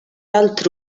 altre